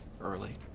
early